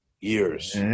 years